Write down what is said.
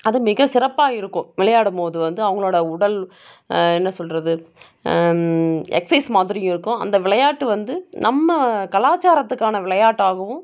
அது மிக சிறப்பாக இருக்கும் விளையாடும்போது வந்து அவங்களோட உடல் என்ன சொல்வது எக்ஸ்சைஸ் மாதிரி இருக்கும் அந்த விளையாட்டு வந்து நம்ம கலாச்சாரத்துக்கான விளையாட்டாகவும்